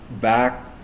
back